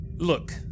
Look